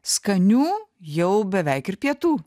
skanių jau beveik ir pietų